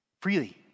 freely